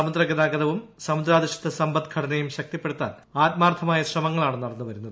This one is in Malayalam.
സമുദ്രഗതാഗതവും സമുദ്രാധിഷ്ഠിത സമ്പദ്ഘടനയും ശക്തിപ്പെടുത്താൻ ആത്മാർത്ഥമായ ശ്രമങ്ങളാണ് നടന്നുവരുന്നത്